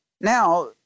now